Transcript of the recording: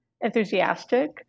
enthusiastic